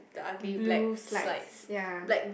blue slides ya